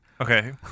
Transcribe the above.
Okay